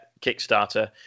Kickstarter